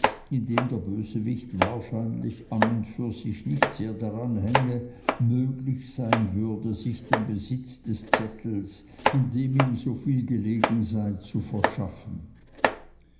indem der bösewicht wahrscheinlich an und für sich nicht sehr daran hänge möglich sein würde sich den besitz des zettels an dem ihm so viel gelegen sei zu verschaffen